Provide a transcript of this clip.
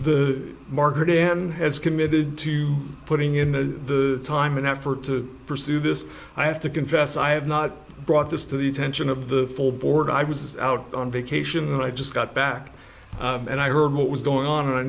the market in as committed to putting in the time and effort to pursue this i have to confess i have not brought this to the attention of the full board i was out on vacation i just got back and i heard what was going on and i